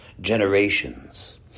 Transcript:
generations